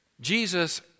Jesus